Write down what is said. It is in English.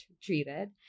treated